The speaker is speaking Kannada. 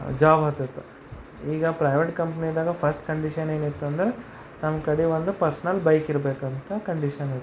ಜಾಬ್ ಹತ್ತತ್ತೆ ಈಗ ಪ್ರೈವೇಟ್ ಕಂಪ್ನಿದಾಗ ಫಶ್ಟ್ ಕಂಡೀಷನ್ ಏನಿತ್ತು ಅಂದರೆ ನಮ್ಮ ಕಡೆ ಒಂದು ಪರ್ಸ್ನಲ್ ಬೈಕ್ ಇರಬೇಕು ಅಂತ ಕಂಡೀಷನ್ ಇತ್ತು